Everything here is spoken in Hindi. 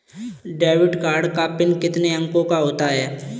डेबिट कार्ड का पिन कितने अंकों का होता है?